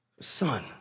son